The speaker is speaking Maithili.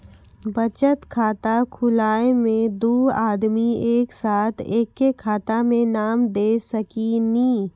बचत खाता खुलाए मे दू आदमी एक साथ एके खाता मे नाम दे सकी नी?